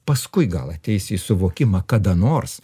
paskui gal ateisi į suvokimą kada nors